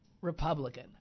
Republican